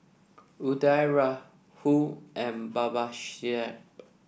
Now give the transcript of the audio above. Udai Rahul and Babasaheb